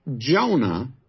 Jonah